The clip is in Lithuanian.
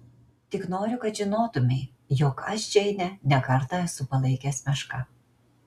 tik noriu kad žinotumei jog aš džeinę ne kartą esu palaikęs meška